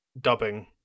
dubbing